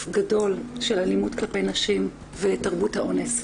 גדול של אלימות כלפי נשים ותרבות האונס.